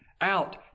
out